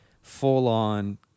full-on